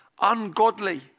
ungodly